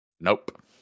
Nope